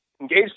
Engage